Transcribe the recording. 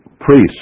priests